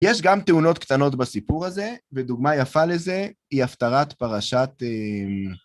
יש גם תאונות קטנות בסיפור הזה, ודוגמה יפה לזה היא הפטרת פרשת...